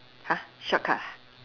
!huh! shortcut ah